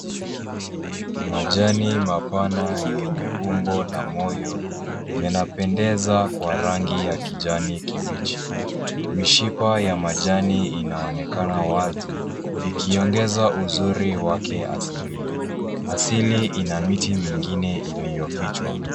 Majani mapana yenye umbo la moyo yanapendeza kwa rangi ya kijani kibichi. Mishipa ya majani inaonekana wazi ikiongeza uzuri wake asilia. Asili ina miti mingine iliyofichwa.